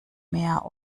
mehr